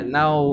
now